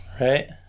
Right